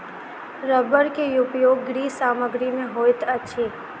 रबड़ के उपयोग गृह सामग्री में होइत अछि